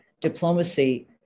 diplomacy